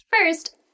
First